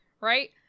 Right